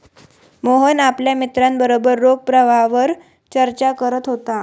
मोहन आपल्या मित्रांबरोबर रोख प्रवाहावर चर्चा करत होता